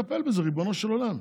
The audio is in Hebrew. תתחיל לטפל בזה, ריבונו של עולם.